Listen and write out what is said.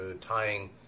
tying